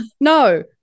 No